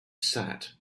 sat